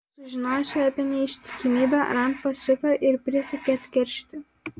sužinojusi apie neištikimybę rand pasiuto ir prisiekė atkeršyti